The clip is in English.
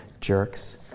jerks